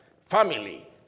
family